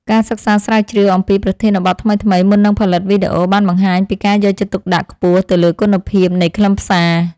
ការសិក្សាស្រាវជ្រាវអំពីប្រធានបទថ្មីៗមុននឹងផលិតវីដេអូបានបង្ហាញពីការយកចិត្តទុកដាក់ខ្ពស់ទៅលើគុណភាពនៃខ្លឹមសារ។